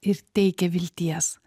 ir teikia vilties